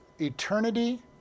eternity